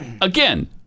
again